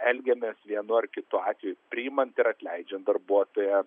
elgiamės vienu ar kitu atveju priimant ir atleidžiat darbuotoją